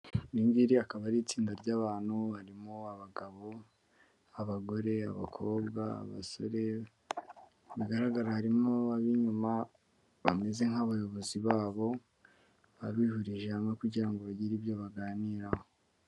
Iri ngiri akaba ari itsinda ry'abantu, harimo abagabo, abagore, abakobwa, abasore, bigaragara harimo ab'inyuma, bameze nk'abayobozi babo, baba bihurije hamwe kugira ngo bagire ibyo baganiraho.